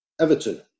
Everton